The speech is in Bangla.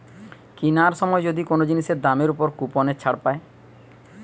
কিনার সময় যদি কোন জিনিসের দামের উপর কুপনের ছাড় পায়